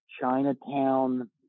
Chinatown